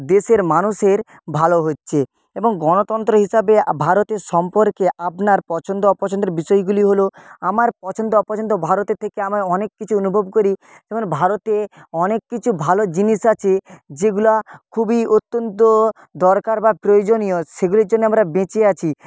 দেশের মানুষের ভালো হচ্ছে এবং গণতন্ত্র হিসাবে ভারতের সম্পর্কে আপনার পছন্দ অপছন্দের বিষয়গুলি হল আমার পছন্দ অপছন্দ ভারতের থেকে আমার অনেক কিছু অনুভব করি যেমন ভারতে অনেক কিছু ভালো জিনিস আছে যেগুলো খুবই অত্যন্ত দরকার বা প্রয়োজনীয় সেগুলির জন্যে আমরা বেঁচে আছি